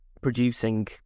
producing